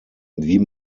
wie